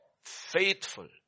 Faithful